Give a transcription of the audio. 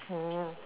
oh